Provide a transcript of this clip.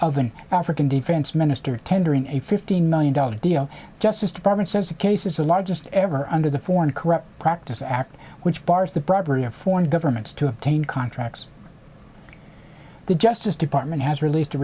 of an african defense minister tendering a fifteen million dollars deal justice department says the case is the largest ever under the foreign corrupt practices act which bars the bribery or foreign governments to obtain contracts the justice department has released a